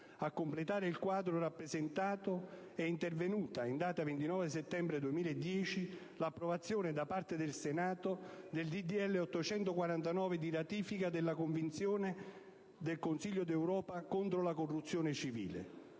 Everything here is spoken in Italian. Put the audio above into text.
A completare il quadro rappresentato è intervenuta, in data 29 settembre 2010, l'approvazione da parte del Senato del disegno di legge n. 849 di ratifica della Convenzione del Consiglio d'Europa contro la corruzione civile.